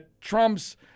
Trump's